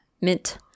mint